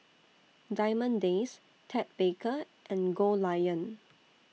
Diamond Days Ted Baker and Goldlion